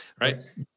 Right